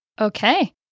Okay